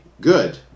Good